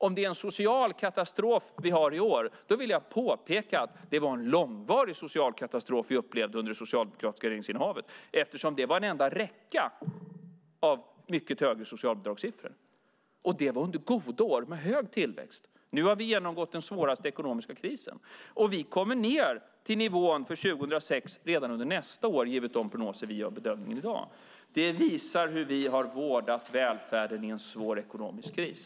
Om det är en social katastrof vi har i år vill jag påpeka att det var en långvarig social katastrof vi upplevde under det socialdemokratiska regeringsinnehavet, eftersom det var en enda räcka av mycket höga socialbidragssiffror. Och det var under goda år med hög tillväxt. Nu har vi genomgått den svåraste ekonomiska krisen, och vi kommer ned till nivån för 2006 redan under nästa år, givet de prognoser vi gör i dag. Det visar hur vi har vårdat välfärden i en svår ekonomisk kris.